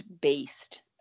based